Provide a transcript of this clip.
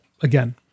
again